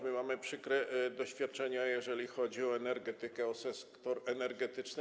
My mamy przykre doświadczenia, jeżeli chodzi o energetykę, o sektor energetyczny.